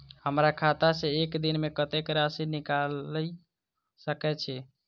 हमरा खाता सऽ एक दिन मे कतेक राशि निकाइल सकै छी